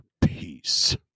peace